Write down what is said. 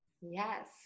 Yes